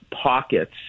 pockets